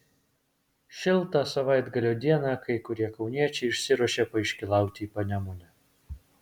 šiltą savaitgalio dieną kai kurie kauniečiai išsiruošė paiškylauti į panemunę